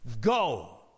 go